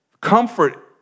Comfort